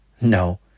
No